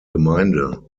gemeinde